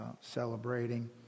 celebrating